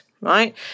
right